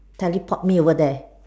teleport over there